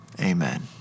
amen